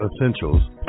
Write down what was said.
Essentials